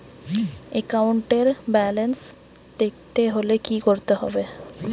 একাউন্টের ব্যালান্স দেখতে হলে কি করতে হবে?